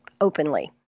openly